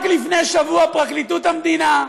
רק לפני שבוע פרקליטות המדינה,